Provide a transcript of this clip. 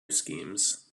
schemes